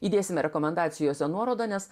įdėsime rekomendacijose nuorodą nes